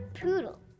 poodle